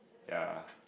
ya